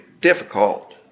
difficult